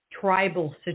tribal